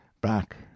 back